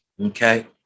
okay